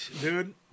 Dude